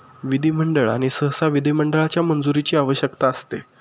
विधिमंडळ आणि सहसा विधिमंडळाच्या मंजुरीची आवश्यकता असते